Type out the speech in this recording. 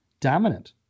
dominant